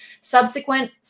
Subsequent